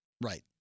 Right